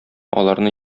аларны